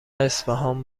اصفهان